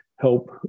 help